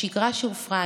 השגרה שהופרה,